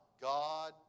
God